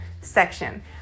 section